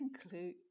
conclude